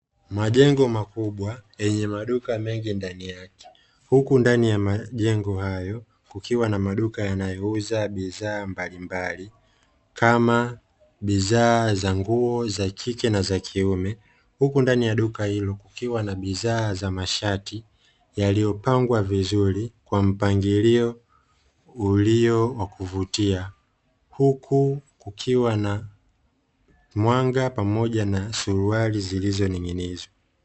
Majengo makubwa yenye maduka mengi ndani yake, huku ndani ya majengo hayo kukiwa na maduka yanayouza bidhaa mbalimbali kama bidhaa za nguo za kike na za kiume huku ndani ya duka hilo, ukiwa na bidhaa za masharti yaliyopangwa vizuri kwa mpangilio ulio wa kuvutia huku kukiwa na mwanga pamoja na suruali zilizoning'inizwa.